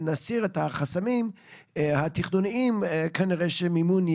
שנסיר את החסמים התכנוניים כנראה שיהיה מימון.